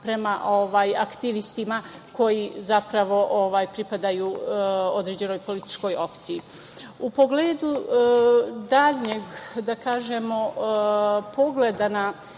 prema aktivistima koji, zapravo, pripadaju određenoj političkoj opciji.U pogledu daljeg pogleda na